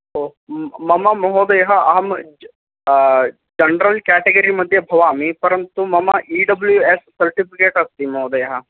ओ मम महोदयः अहं जनेरल् क्याटेगरि मध्ये भवामि परन्तु मम इ डब्ल्यू एस् सर्टिफिकेट् अस्ति महोदयः